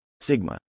sigma